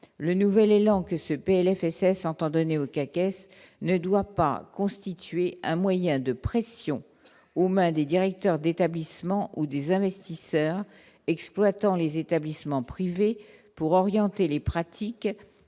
le nouvel élan que ce PLFSS entend donner au cas caisse ne doit pas constituer un moyen de pression aux mains des directeurs d'établissements ou des investisseurs, exploitant les établissements privés pour orienter les pratiques